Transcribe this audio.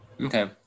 Okay